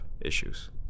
issues